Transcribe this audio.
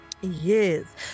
Yes